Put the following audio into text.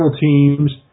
teams